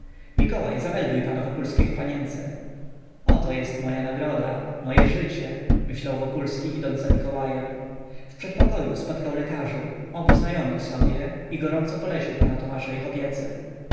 mikołaj zamelduj pana wokulskiego panience oto jest moja nagroda moje życie pomyślał wokulski idąc za mikołajem w przedpokoju spotkał lekarzy obu znajomych sobie i gorąco polecił pana tomasza ich opiece